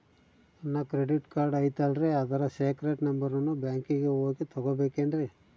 ನನ್ನ credit card ಐತಲ್ರೇ ಅದರ ಸೇಕ್ರೇಟ್ ನಂಬರನ್ನು ಬ್ಯಾಂಕಿಗೆ ಹೋಗಿ ತಗೋಬೇಕಿನ್ರಿ?